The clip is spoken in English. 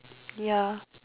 ya